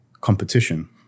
competition